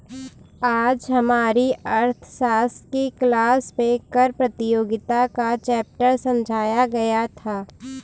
आज हमारी अर्थशास्त्र की क्लास में कर प्रतियोगिता का चैप्टर समझाया गया था